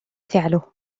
فعله